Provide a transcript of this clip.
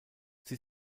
sie